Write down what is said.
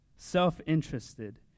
self-interested